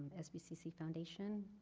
sbcc foundation,